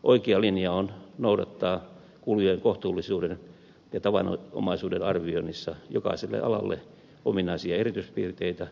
oikea linja on noudattaa kulujen kohtuullisuuden ja tavanomaisuuden arvioinnissa jokaiselle alalle ominaisia erityispiirteitä